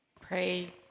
Pray